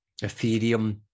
Ethereum